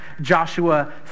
Joshua